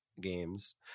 Games